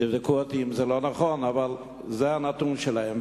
תבדקו אותי אם זה לא נכון, אבל זה הנתון שלהם.